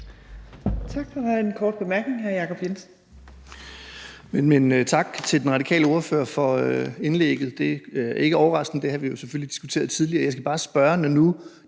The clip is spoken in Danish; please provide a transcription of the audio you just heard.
Tak, og der er en kort bemærkning. Hr. Jacob Jensen. Kl. 17:35 Jacob Jensen (V): Tak til den radikale ordfører for indlægget. Det er ikke overraskende; det har vi selvfølgelig diskuteret tidligere. Jeg skal bare spørge, når nu